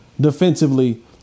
defensively